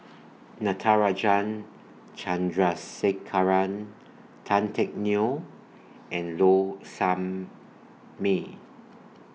Natarajan Chandrasekaran Tan Teck Neo and Low Sanmay